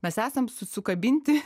mes esam su sukabinti